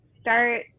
start